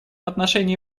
отношении